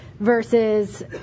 Versus